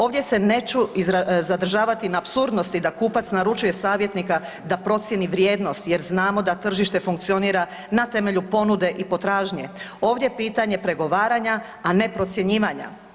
Ovdje se neću zadržavati na apsurdnosti da kupac naručuje savjetnika da procijeni vrijednost jer znamo da tržište funkcionira na temelju ponude i potražnje, ovdje je pitanje pregovaranja, a ne procjenjivanja.